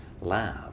lab